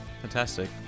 Fantastic